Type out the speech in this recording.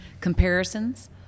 comparisons